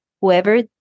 whoever